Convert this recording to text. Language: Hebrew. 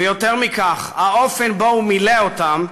ויותר מכך האופן שבו הוא מילא אותם,